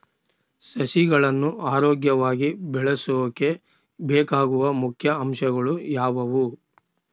ಸಸಿಗಳನ್ನು ಆರೋಗ್ಯವಾಗಿ ಬೆಳಸೊಕೆ ಬೇಕಾಗುವ ಮುಖ್ಯ ಅಂಶಗಳು ಯಾವವು?